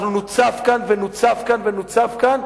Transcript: אנחנו נוצף כאן ונוצף כאן,